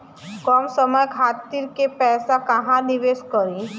कम समय खातिर के पैसा कहवा निवेश करि?